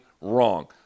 wrong